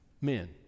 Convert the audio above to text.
men